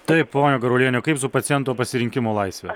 taip ponia garuoliene kaip su paciento pasirinkimo laisve